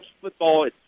football